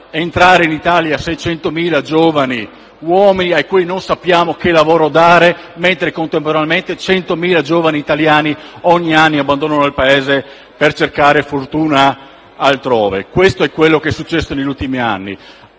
entrare in Italia 600.000 giovani uomini a cui non sappiamo che lavoro dare, mentre, contemporaneamente ogni anno 100.000 giovani italiani abbandonano il Paese per cercare fortuna altrove. Questo è quello che è successo negli ultimi anni: